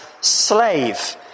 slave